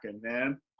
man